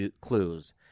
clues